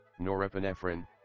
norepinephrine